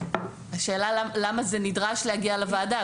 השאלה למה זה נדרש להגיע לוועדה.